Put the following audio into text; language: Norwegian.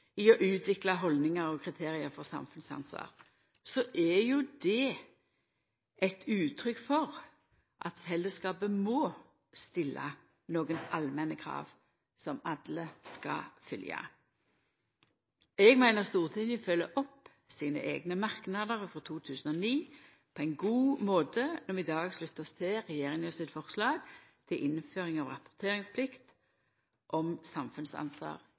i å utvikla haldningar og kriterium for samfunnsansvar, er jo det eit uttrykk for at fellesskapet må stilla nokre allmenne krav som alle skal følgja. Eg meiner Stortinget følgjer opp sine eigne merknader frå 2009 på ein god måte når vi i dag sluttar oss til regjeringas forslag til innføring av rapporteringsplikt om samfunnsansvar